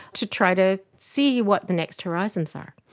to try to see what the next horizons are.